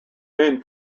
main